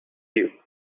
you